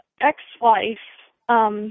ex-wife